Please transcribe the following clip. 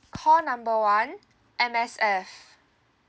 call number one M_S_F